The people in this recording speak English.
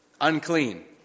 unclean